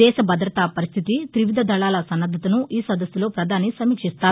దేశ భద్రతా పరిస్టితి తివిధ దళాల సన్నద్దతను ఈ సదస్సులో ప్రధాని సమీక్షిస్తారు